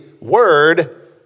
word